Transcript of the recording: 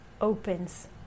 opens